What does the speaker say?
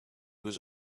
was